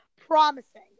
promising